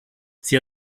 sie